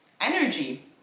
energy